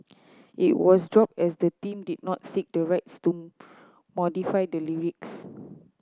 it was dropped as the team did not seek the rights to modify the lyrics